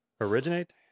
Originate